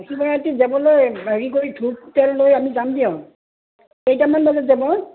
শিৱ ৰাত্ৰি যাবলৈ হেৰি কৰি ধূপ তেল লৈ আমি যাম দিয়ক কেইটামান বজাত যাব